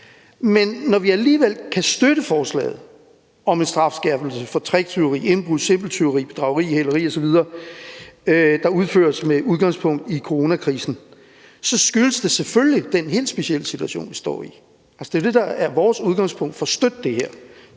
men når vi alligevel kan støtte forslaget om en strafskærpelse for tricktyveri, indbrud, simpelt tyveri, bedrageri, hæleri osv., der udføres med udgangspunkt i coronakrisen, så skyldes det selvfølgelig den helt specielle situation, vi står i. Det er det, der er vores udgangspunkt for at støtte det her.